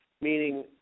meaning